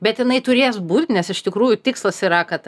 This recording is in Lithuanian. bet jinai turės būt nes iš tikrųjų tikslas yra kad